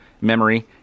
Memory